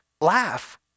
laugh